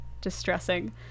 Distressing